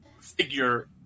figure